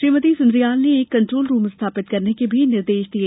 श्रीमती सुन्द्रियाल ने एक control room स्थापित करने के निर्देश भी दिए